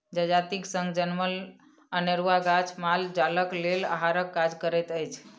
जजातिक संग जनमल अनेरूआ गाछ माल जालक लेल आहारक काज करैत अछि